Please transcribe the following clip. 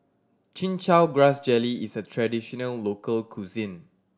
Chin Chow Grass Jelly is a traditional local cuisine